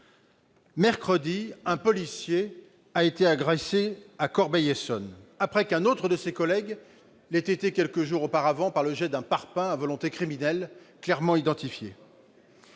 mercredi, un policier a été agressé à Corbeil-Essonnes, après qu'un autre de ses collègues l'eut été quelques jours auparavant par le jet d'un parpaing, avec une volonté criminelle clairement identifiée.